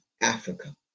Africa